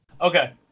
Okay